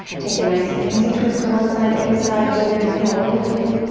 take a nice easy twist to one side, any side. use your inhale to lift you.